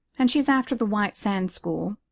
and she's after the white sands school.